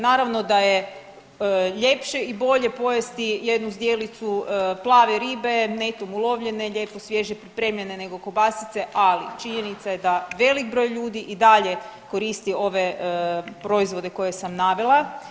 Naravno da je ljepše i bolje pojesti jednu zdjelicu plave ribe netom ulovljene, lijepo svježe pripremljene nego kobasice, ali činjenica je da velik broj ljudi i dalje koristi ove proizvode koje sam navela.